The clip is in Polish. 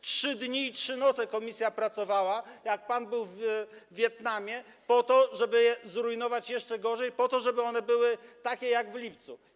Trzy dni i trzy noce komisja pracowała, gdy pan był w Wietnamie, po to żeby je zrujnować jeszcze bardziej, po to, żeby one były takie jak w lipcu.